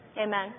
Amen